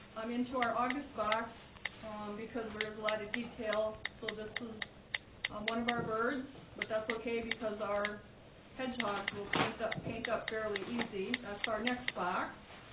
i'm into our august box um because there is a lot of detail, so this is on one of our birds, but that's okay because our hedgehogs will paint up paint up fairly easy. that's our next box